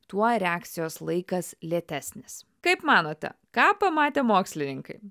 tuo reakcijos laikas lėtesnis kaip manote ką pamatė mokslininkai